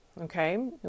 Okay